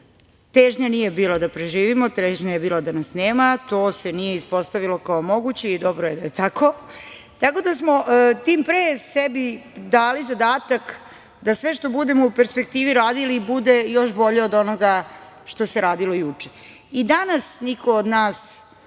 Težnja nije bila da preživimo, težnja je bila da nas nema. To se nije ispostavilo kao moguće i dobro je da je tako, tako da smo tim pre sebi dali zadatak da sve što budemo u perspektivi radili bude još bolje od onoga što se radilo juče. Danas niko od nas